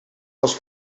was